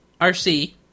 RC